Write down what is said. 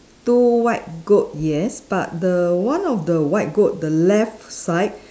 two white goat yes but the one of the white goat the left side